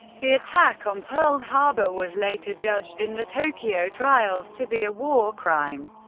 the attack on pearl harbor was later judged in the tokyo trials to be a war crime.